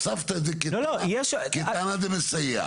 הוספת את זה כטענה דה מסייע.